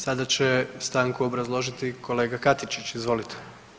Sada će stanku obrazložiti kolega Katičić, izvolite.